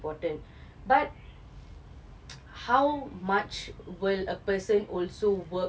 important but how much will a person also work